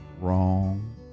Wrong